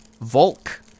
Volk